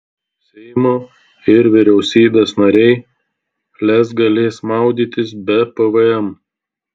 seimo ir vyriausybės nariai lez galės maudytis be pvm